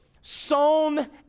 sown